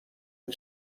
are